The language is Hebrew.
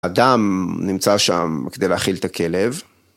‫אדם נמצא שם כדי להאכיל את הכלב.